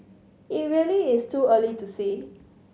it really is too early to say